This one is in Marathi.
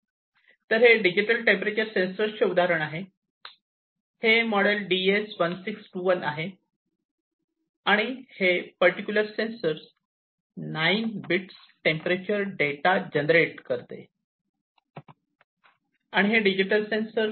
तर हे डिजिटल टेंपरेचर सेंसर चे उदाहरण आहे हे मॉडेल DS1621 आहे आणि हे particular sensor 9 bits temperature data generate करते आणि हे डिजिटल सेन्सर 2